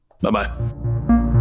bye-bye